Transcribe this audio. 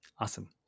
Awesome